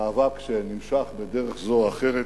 מאבק שנמשך בדרך זו או אחרת